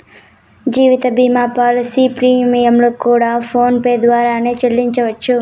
జీవిత భీమా పాలసీల ప్రీమియంలు కూడా ఫోన్ పే ద్వారానే సెల్లించవచ్చు